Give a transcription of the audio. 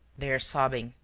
they are sobbing,